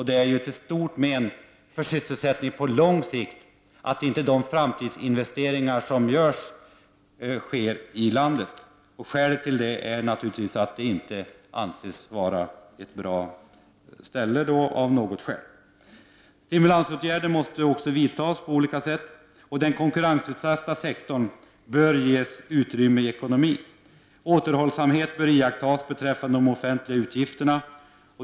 Det är ett stort men för sysselsättningen på lång sikt att framtidsinvesteringarna inte görs i landet. Skälet till det är naturligtvis att det inte anses vara ett bra land att göra investeringar i. Stimulansåtgärder bör vidtas. Den konkurrensutsatta sektorn bör ges utrymme i ekonomin. Återhållsamhet bör iakttas beträffande de offentliga utgifterna.